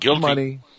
money